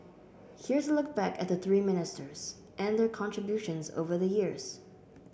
here's a look back at the three ministers and their contributions over the years